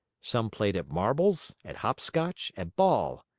some played at marbles, at hopscotch, at ball.